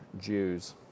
Jews